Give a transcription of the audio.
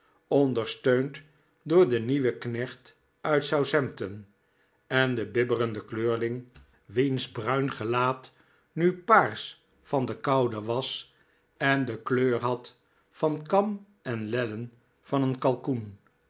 ondersteund door den nieuwen knecht uit southampton en den bibberenden kleurling wiens bruin gelaat nu paars van de koude was en de kleur had van kam en lellen van een kalkoen